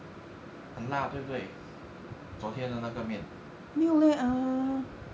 很辣对不对昨天的那个面